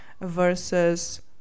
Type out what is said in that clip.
versus